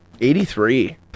Eighty-three